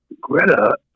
Greta